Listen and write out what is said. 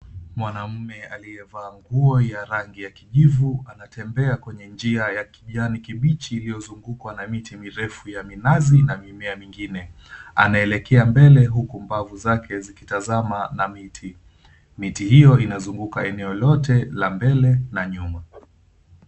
Mwanamume aliyevaa nguo ya rangi ya kijivu anatembea kwenye njia ya kijani kibichi iliyozungukwa na miti mirefu ya minazi na mimea mingine. Anaelekea mbele huku mbavu zake zikitazama na miti. Miti hiyo inazunguka eneo lote la mbele na nyuma.